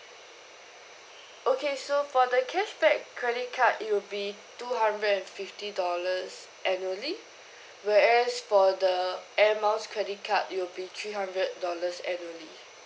okay so for the cashback credit card it will be two hundred and fifty dollars annually whereas for the air miles credit card it'll be three hundred dollars annually